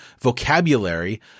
vocabulary